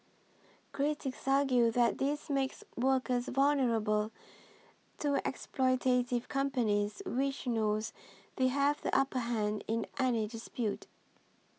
critics argue that this makes workers vulnerable to exploitative companies which know they have the upper hand in any dispute